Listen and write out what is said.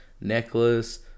Necklace